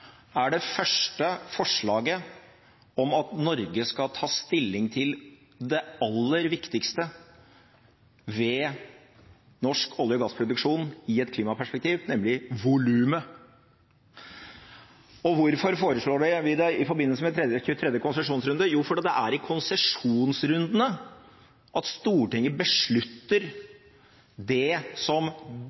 er det første forslaget om at Norge skal ta stilling til det aller viktigste ved norsk olje- og gassproduksjon i et klimaperspektiv, nemlig volumet. Og hvorfor foreslår vi det i forbindelse med 23. konsesjonsrunde? Jo, fordi det er i konsesjonsrundene at Stortinget beslutter det som